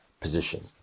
position